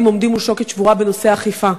עומדים מול שוקת שבורה בנושא אכיפה.